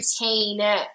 routine